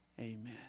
Amen